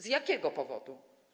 Z jakiego powodu?